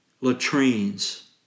latrines